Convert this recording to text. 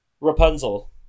Rapunzel